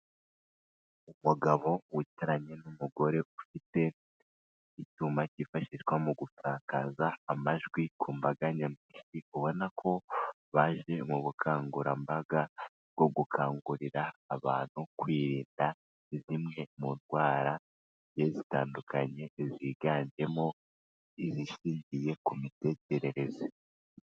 Umugabo wicaranye n'umugore ufite icyuma kifashishwa mu gusakaza amajwi ku mbaga nyamwinshi, ubona ko baje mu bukangurambaga bwo gukangurira abantu kwirinda zimwe mu ndwara zigiye zitandukanye, ziganjemo izishingiye ku mitekerereze.